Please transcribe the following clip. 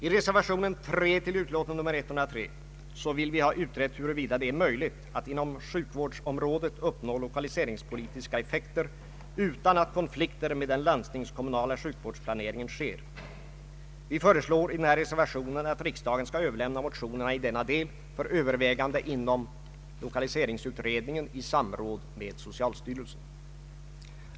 I reservation 3 vill vi ha utrett huruvida det är möjligt att inom sjukvårdsområdet uppnå lokaliseringspolitiska effekter utan att konflikter med den landstingskommunala sjukvårdsplaneringen sker. Vi föreslår i denna reservation att riksdagen skall överlämna motionerna i denna del för övervägande inom lokaliseringsutredningen i samråd med socialstyrelsen.